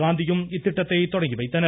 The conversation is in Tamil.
காந்தியும் இத்திட்டத்தை தொடங்கி வைத்தனர்